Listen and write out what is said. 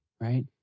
right